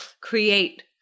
create